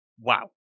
wow